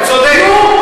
בצלאל,